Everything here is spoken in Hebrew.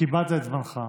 קיבלת את זמנך.